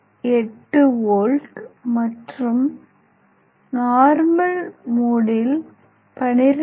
8 volt மற்றும் normal மோடில் 12